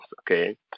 okay